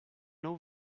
know